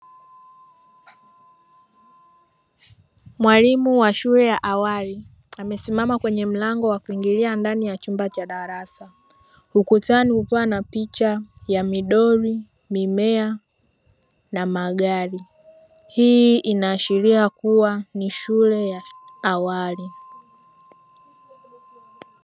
Mwalimu wa shule ya awali amesimama kwenye mlango wa kuingilia ndani ya chumba cha darasa, ukutani kukiwa na picha ya midoli, mimea na magari hii inaashiria kuwa ni shule ya awali.